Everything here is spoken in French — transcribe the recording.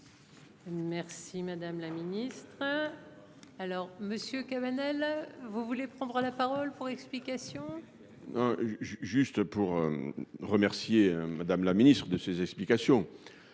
Merci madame la ministre. Alors monsieur Cabanel, vous voulez prendre la parole pour explication. J'ai juste pour. Remercier Madame la Ministre de ces explications.